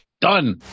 Done